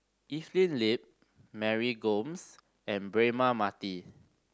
Evelyn Lip Mary Gomes and Braema Mathi